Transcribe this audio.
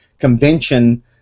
convention